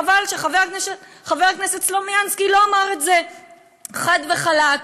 חבל שחבר הכנסת סלומינסקי לא אמר את זה חד וחלק,